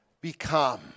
become